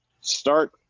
start